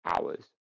Hours